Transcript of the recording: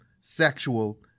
sexual